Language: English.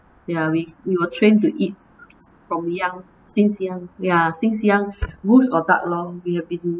ya we we were trained to eat from young since young ya since young goose or duck lor we have been